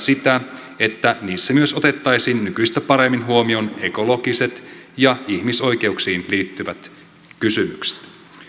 sitä että niissä myös otettaisiin nykyistä paremmin huomioon ekologiset ja ihmisoikeuksiin liittyvät kysymykset